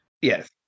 Yes